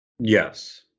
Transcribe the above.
Yes